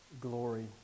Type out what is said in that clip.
glory